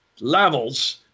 levels